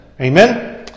Amen